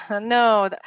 No